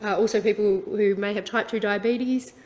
also, people who may have type two diabetes,